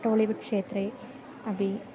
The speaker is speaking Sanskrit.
टोलीवुड् क्षेत्रे अपि